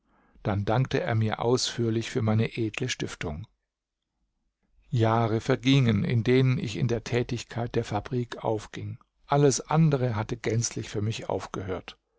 dann dankte er mir ausführlich für meine edle stiftung jahre vergingen in denen ich in der tätigkeit in der fabrik aufging alles andere hatte gänzlich für mich aufgehört